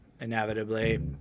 Inevitably